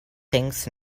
thinks